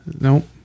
Nope